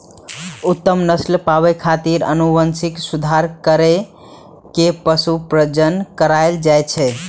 उत्तम नस्ल पाबै खातिर आनुवंशिक सुधार कैर के पशु प्रजनन करायल जाए छै